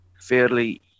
fairly